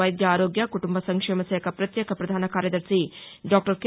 వైద్య ఆరోగ్య కుటుంబ సంక్షేమ శాఖ పత్యేక పధాన కార్యదర్శి డాక్టర్ కె